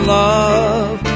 love